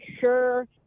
sure